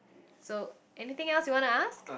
so anything else you wanna ask